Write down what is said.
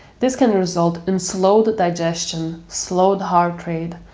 this can result in slowed digestion, slowed heart rate,